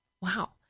Wow